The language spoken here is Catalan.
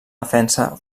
defensa